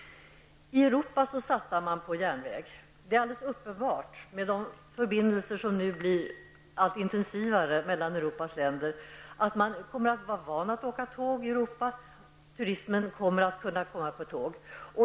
I Europa satsar man på järnväg. Med de förbindelser som nu blir allt intensivare mellan Europas länder är det alldeles uppenbart att man kommer att vara van att åka tåg i Europa och att turisterna kommer att kunna komma med tåg.